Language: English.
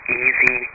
easy